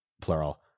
plural